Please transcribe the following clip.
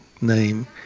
name